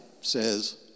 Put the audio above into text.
says